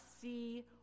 see